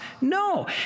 No